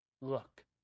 Look